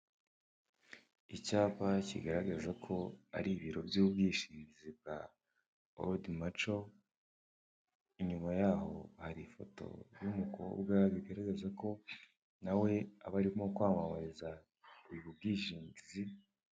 Icyapa kigaragaza ko ari ibiro by'ubwishingizi bwa oridi maco, inyuma yaho hari ifoto y'umukobwa bigaragaza ko na we aba arimo kwamamariza ubwishingizi.